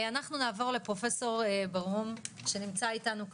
אנחנו נעבור לפרופסור ברהום שנמצא איתנו כאן,